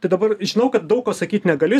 tai dabar žinau kad daug ko sakyt negali